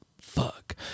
fuck